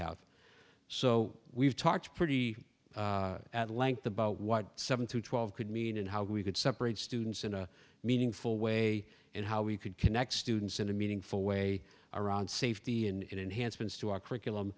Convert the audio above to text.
have so we've talked pretty at length about what seven to twelve could mean and how we could separate students in a meaningful way and how we could connect students in a meaningful way around safety and enhancements to our curriculum